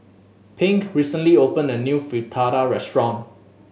Pink recently opened a new Fritada restaurant